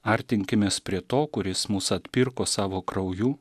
artinkimės prie to kuris mus atpirko savo krauju